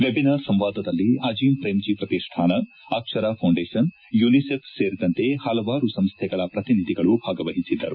webinar ಸಂವಾದದಲ್ಲಿ Azim Premji ಪ್ರತಿಷ್ಠಾನ Akshara foundation UNICEF ಸೇರಿದಂತೆ ಹಲವಾರು ಸಂಸ್ವೆಗಳ ಪ್ರತಿನಿಧಿಗಳು ಭಾಗವಹಿಸಿದ್ದರು